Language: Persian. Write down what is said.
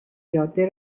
جاده